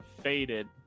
Faded